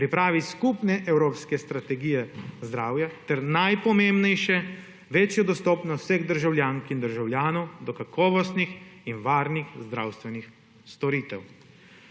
pripravo skupne evropske strategije zdravja ter najpomembnejšim, večjo dostopnostjo vseh državljank in državljanov do kakovostnih in varnih zdravstvenih storitev.